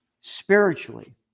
spiritually